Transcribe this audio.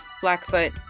Blackfoot